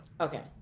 Okay